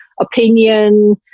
opinion